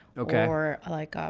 okay, we're like, um